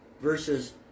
Versus